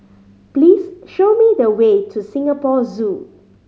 please show me the way to Singapore Zoo